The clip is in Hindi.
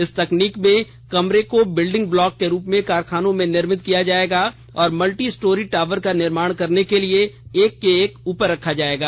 इस तकनीक में कमरे को बिल्डिंग ब्लॉक के रूप में कारखानों में निर्मित किया जाएगा और मल्टी स्टोरी टावर का निर्माण करने के लिए एक के उपर एक रखा जाएगा